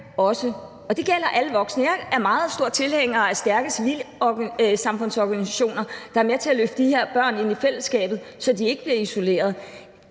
og det gælder alle voksne. Jeg er meget stor tilhænger af stærke civilsamfundsorganisationer, der er med til at løfte de her børn ind i fællesskabet, så de ikke bliver isoleret.